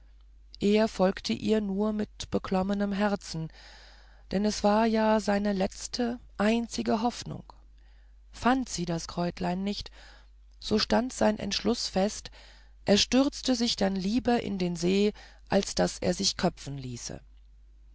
er folgte ihr nur mit beklommenem herzen denn es war ja seine letzte einzige hoffnung fand sie das kräutlein nicht so stand sein entschluß fest er stürzte sich dann lieber in den see als daß er sich köpfen ließ